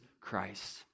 Christ